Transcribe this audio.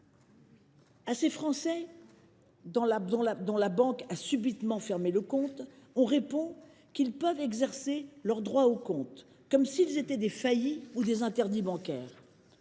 À ces Français dont la banque a subitement fermé le compte, l’on répond qu’ils peuvent exercer leur droit au compte, comme s’ils étaient des faillis ou des interdits bancaires.